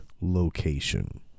location